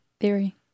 theory